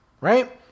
Right